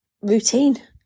routine